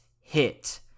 hit